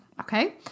Okay